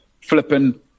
flipping